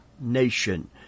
nation